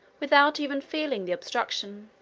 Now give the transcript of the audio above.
without even feeling the obstruction.